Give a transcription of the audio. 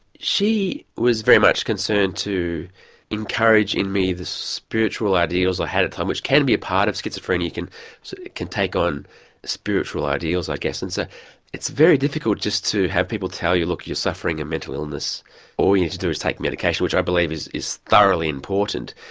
she was very much concerned to encourage in me the spiritual ideals i had at the time, which can be a part of schizophrenia. you can can take on spiritual ideals i guess and so it's very difficult just to have people tell you look you're suffering a mental illness all you need to do is take medication which i believe is is thoroughly important.